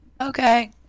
Okay